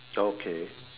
okay